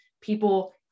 people